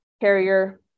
carrier